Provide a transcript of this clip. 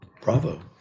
Bravo